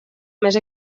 més